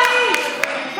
אתה תקרא לי,